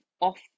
off